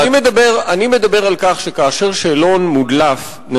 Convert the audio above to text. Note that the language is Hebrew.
אדוני מדבר על המקרה האחרון.